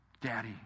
Daddy